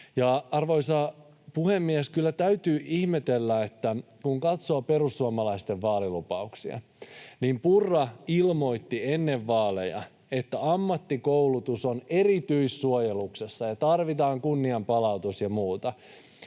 Arvoisa puhemies! Kyllä täytyy ihmetellä, kun katsoo perussuomalaisten vaalilupauksia. Kun Purra ilmoitti ennen vaaleja, että ammattikoulutus on erityissuojeluksessa ja tarvitaan kunnianpalautus ja muuta,